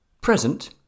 present